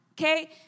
Okay